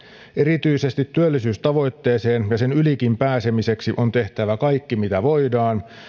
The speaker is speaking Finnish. erityisesti työllisyystavoitteeseen ja sen ylikin pääsemiseksi on tehtävä kaikki mitä voidaan